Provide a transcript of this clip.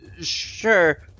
Sure